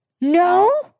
No